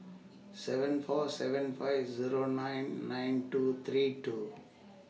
seven four seven five Zero nine nine two three two